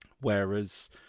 whereas